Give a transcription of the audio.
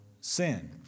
sin